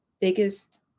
biggest